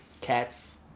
Cats